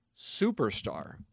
superstar